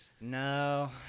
No